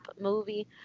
movie